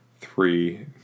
three